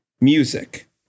music